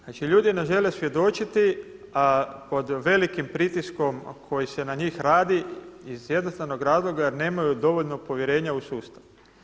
Znači ljudi ne žele svjedočiti a pod velikim pritiskom koji se na njih radi iz jednostavnog razloga jer nemaju dovoljno povjerenja u sustav.